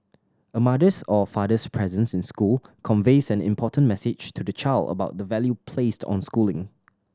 a mother's or father's presence in school conveys an important message to the child about the value placed on schooling